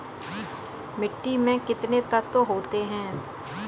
मिट्टी में कितने तत्व होते हैं?